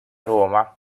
roma